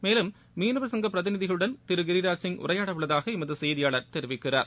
மேலும் மீனவர் சங்கப் பிரதிநிதிகளுடன் திரு கிரிராஜ் சிங் உளரயாட உள்ளதாக எமது செய்தியாளர் தெரிவிக்கிறார்